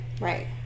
Right